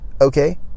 okay